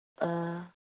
ꯑ